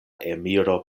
emiro